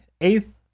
eighth